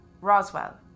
Roswell